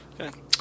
Okay